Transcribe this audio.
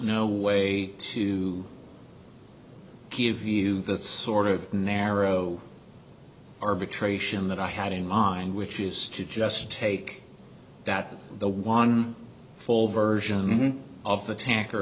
no way to give you the sort of narrow arbitration that i had in mind which is to just take that the one full version of the attacker